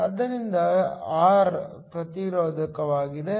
ಆದ್ದರಿಂದ ಆರ್ ಪ್ರತಿರೋಧಕವಾಗಿದೆ